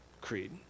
creed